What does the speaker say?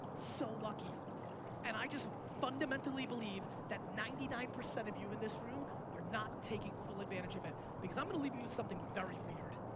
so lucky and i just fundamentally believe that ninety nine percent of you in this room are not taking full advantage of it because i'm gonna leave you you with something very weird,